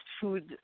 food